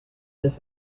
this